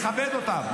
לכבד אותם,